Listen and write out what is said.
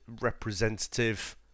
representative